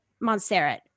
Montserrat